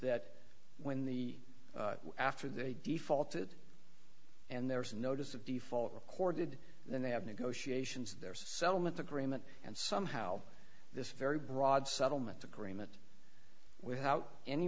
that when the after they defaulted and there was a notice of default recorded then they have negotiations their settlement agreement and somehow this very broad settlement agreement without any